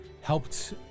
helped